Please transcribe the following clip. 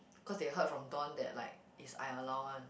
cause they heard from Don that like is I allowed one